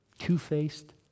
two-faced